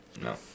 No